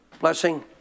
blessing